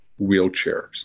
wheelchairs